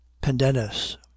pendennis